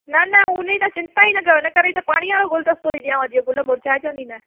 न न हुन जी तव्हां चिंता ई न कयो हिन करे ई त पाणीअ वारो गुलदस्तो थी ॾियांव जीअं गुल मुर्झाइझनि ई न